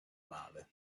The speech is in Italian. male